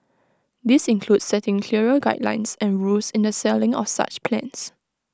this includes setting clearer guidelines and rules in the selling of such plans